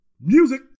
music